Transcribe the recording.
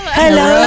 hello